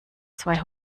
zwei